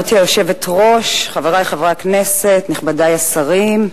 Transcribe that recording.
גברתי היושבת-ראש, חברי חברי הכנסת, נכבדי השרים,